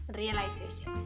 realization